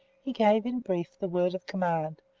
he gave in brief the word of command,